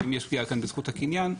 האם יש פגיעה כאן בזכות הקניין?